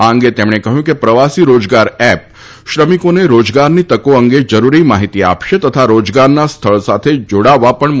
આ અંગે તેમણે કહ્યું હતું કે પ્રવાસી રોજગાર એપ શ્રમિકોને રોજગારની તકો અંગે જરૂરી માહિતી આપશે તથા રોજગારના સ્થળ સાથે જોડાવા પણ મદદ કરશે